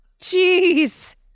jeez